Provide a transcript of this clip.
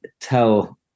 tell